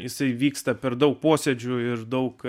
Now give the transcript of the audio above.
jisai vyksta per daug posėdžių ir daug